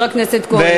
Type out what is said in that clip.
חבר הכנסת נהרי,